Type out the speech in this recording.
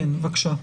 בבקשה.